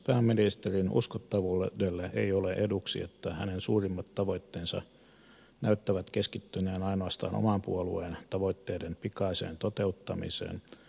pääministerin uskottavuudelle ei ole eduksi että hänen suurimmat tavoitteensa näyttävät keskittyneen ainoastaan oman puolueen tavoitteiden pikaiseen toteuttamiseen